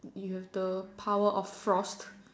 you have the power of frost